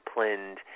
disciplined